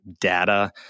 data